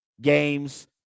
games